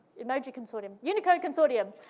emoji consortium, unicode consortium.